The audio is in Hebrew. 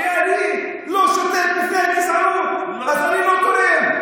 כי אני לא שותק בפני הגזענות, אז אני לא תורם.